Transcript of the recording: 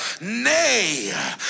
nay